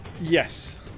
Yes